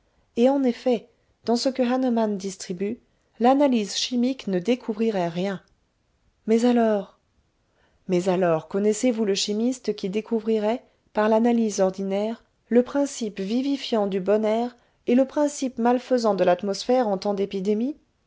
et en effet dans ce que hahnemann distribue l'analyse chimique ne découvrirait rien mais alors mais alors connaissez-vous le chimiste qui découvrirait par l'analyse ordinaire le principe vivifiant du bon air et le principe malfaisant de l'atmosphère en temps d'épidémie